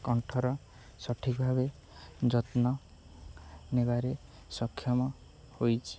କଣ୍ଠର ସଠିକ ଭାବେ ଯତ୍ନ ନେବାରେ ସକ୍ଷମ ହୋଇଛି